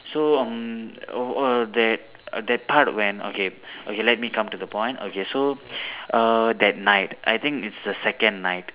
so mm oh err that that part when okay okay let me come to the point okay so uh that night I think it's the second night